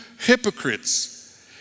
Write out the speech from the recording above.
hypocrites